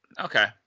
okay